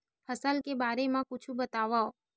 फसल के बारे मा कुछु बतावव